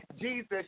Jesus